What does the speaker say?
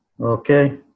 okay